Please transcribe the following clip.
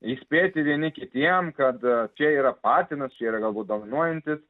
įspėti vieni kitiem kad čia yra patinas čia yra galbūt dominuojantis